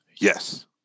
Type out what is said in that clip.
Yes